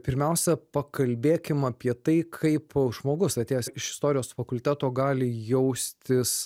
pirmiausia pakalbėkim apie tai kaip žmogus atėjęs iš istorijos fakulteto gali jaustis